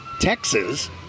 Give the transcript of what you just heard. Texas